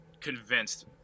convinced